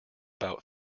about